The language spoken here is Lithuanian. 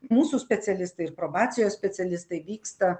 mūsų specialistai ir probacijos specialistai vyksta